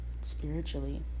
spiritually